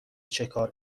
چکار